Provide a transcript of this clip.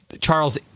Charles